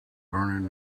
burning